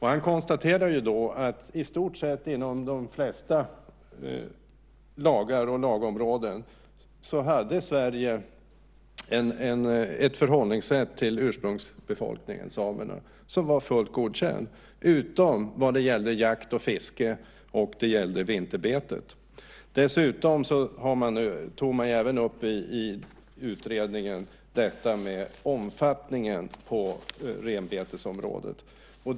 Han konstaterade att Sverige inom i stort sett alla lagar och lagområden hade ett förhållningssätt till ursprungsbefolkningen, samerna, som var fullt godkänt utom när det gällde jakt och fiske liksom vinterbetet. I utredningen tog man dessutom upp detta med renbetesområdets omfattning.